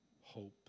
hope